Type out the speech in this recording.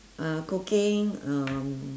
uh cooking um